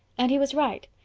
and he was right.